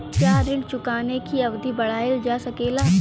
क्या ऋण चुकाने की अवधि बढ़ाईल जा सकेला?